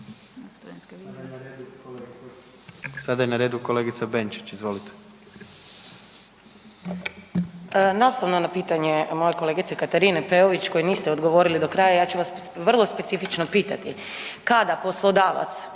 Sada je na redu kolegica Benčić, izvolite.